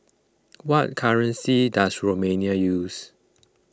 what currency does Romania use